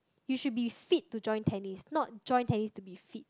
you should be fit to join tennis not join tennis to be fit